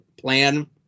plan